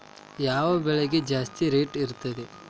ಯಾವ ಬೆಳಿಗೆ ಜಾಸ್ತಿ ರೇಟ್ ಇರ್ತದ?